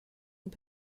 und